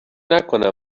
نکنم